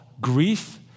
grief